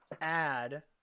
add